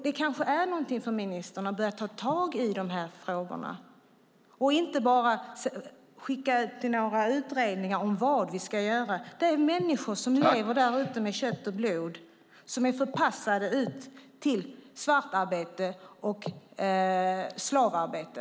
Det kanske är någonting för ministern att ta tag i, i stället för att bara tillsätta några utredningar om vad vi ska göra. Det är människor av kött och blod som lever där ute. De är förpassade till svartarbete och slavarbete.